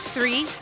Three